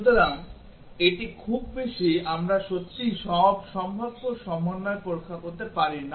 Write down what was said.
সুতরাং এটি খুব বেশি আমরা সত্যিই সব সম্ভাব্য সমন্বয় পরীক্ষা করতে পারি না